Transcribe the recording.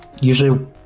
usually